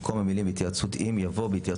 במקום המילים "בהתייעצות עם" יבוא "בהתאם